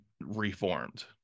reformed